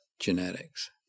genetics